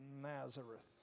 Nazareth